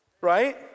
right